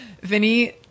Vinny